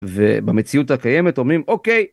ובמציאות הקיימת אומרים אוקיי.